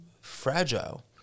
fragile